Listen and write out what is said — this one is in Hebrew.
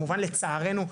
לצערנו,